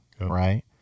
Right